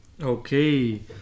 Okay